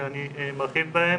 ואני ארחיב בהם.